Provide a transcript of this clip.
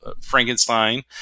Frankenstein